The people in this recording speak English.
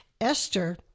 Esther